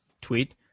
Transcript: tweet